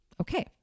Okay